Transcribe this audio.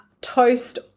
toast